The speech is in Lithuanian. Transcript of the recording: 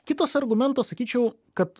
kitas argumentas sakyčiau kad